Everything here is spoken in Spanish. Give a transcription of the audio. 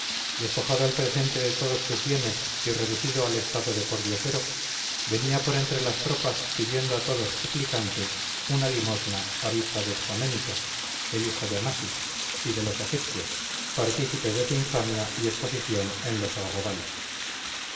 despojado al presente de todos sus bienes y reducido al estado de pordiosero venía por entre las tropas pidiendo a todos suplicante una limosna a vista de psaménito el hijo de amasis y de los egipcios partícipes de su infamia y exposición en los arrabales